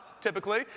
typically